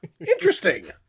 Interesting